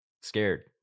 scared